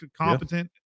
competent